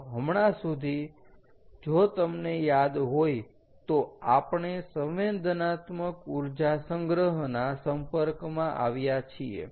તો હમણાં સુધી જો તમને યાદ હોય તો આપણે સંવેદનાત્મક ઊર્જા સંગ્રહ ના સંપર્કમાં આવ્યા છીએ